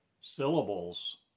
syllables